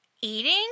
eating